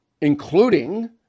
including